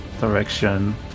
direction